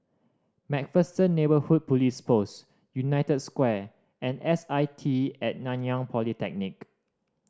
Macpherson Neighbourhood Police Post United Square and S I T At Nanyang Polytechnic